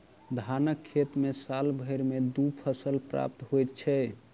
धानक खेत मे साल भरि मे दू फसल प्राप्त होइत छै